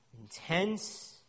intense